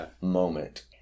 moment